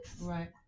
Right